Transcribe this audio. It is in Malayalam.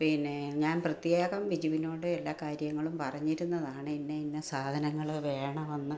പിന്നെ ഞാൻ പ്രത്യേകം ബിജുവിനോട് എല്ലാ കാര്യങ്ങളും പറഞ്ഞിരുന്നതാണ് ഇന്ന ഇന്ന സാധനങ്ങൾ വേണമെന്ന്